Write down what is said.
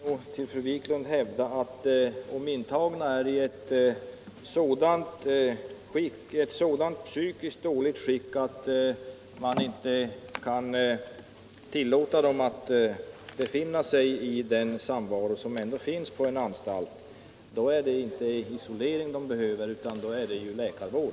Herr talman! Jag vill hävda att om de intagna är i ett så psykiskt dåligt skick att de inte kan tillåtas ta del i samvaron på en anstalt är det inte isolering utan läkarvård de behöver.